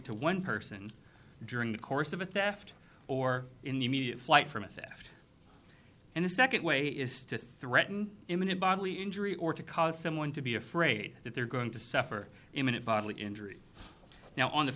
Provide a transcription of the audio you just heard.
to one person during the course of a theft or in the immediate flight from a set and the second way is to threaten imminent bodily injury or to cause someone to be afraid that they're going to suffer imminent bodily injury now on the